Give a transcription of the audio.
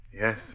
Yes